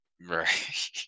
Right